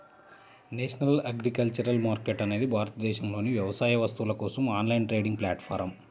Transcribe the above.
national agriculture market అనేది భారతదేశంలోని వ్యవసాయ వస్తువుల కోసం ఆన్లైన్ ట్రేడింగ్ ప్లాట్ఫారమ్